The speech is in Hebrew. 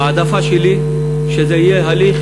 ההעדפה שלי היא שזה יהיה הליך